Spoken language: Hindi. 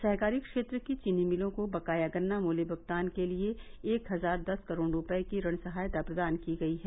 सहकारी क्षेत्र की चीनी मिलों को बकाया गन्ना मुत्य भुगतान के लिए एक हजार दस करोड़ रूपये की ऋण सहायता प्रदान की गई है